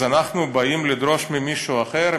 אז אנחנו באים לדרוש ממישהו אחר,